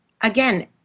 again